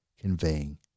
conveying